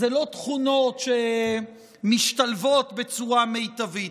אלה לא תכונות שמשתלבות בצורה מיטבית.